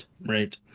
right